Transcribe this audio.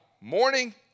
morning